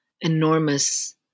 enormous